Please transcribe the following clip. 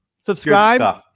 Subscribe